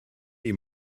die